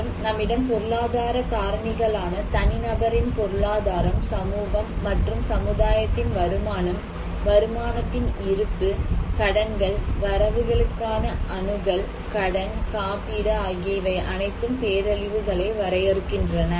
மேலும் நம்மிடம் பொருளாதார காரணிகளான தனிநபரின் பொருளாதாரம் சமூகம் மற்றும் சமுதாயத்தின் வருமானம் வருமானத்தின் இருப்பு கடன்கள் வரவுகளுக்கான அணுகல் கடன் காப்பீடு ஆகிய இவை அனைத்தும் பேரழிவுகளை வரையறுக்கின்றன